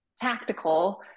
tactical